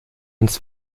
uns